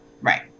Right